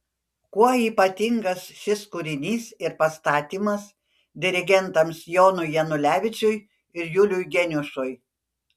kuo ypatingas šis kūrinys ir pastatymas dirigentams jonui janulevičiui ir juliui geniušui